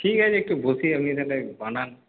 ঠিক আছে একটু বসি আপনি তাহলে বানান